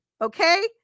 Okay